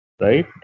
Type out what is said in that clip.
right